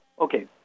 Okay